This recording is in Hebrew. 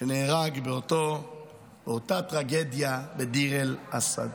שנהרג באותה טרגדיה בדיר אל-אסד.